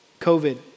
COVID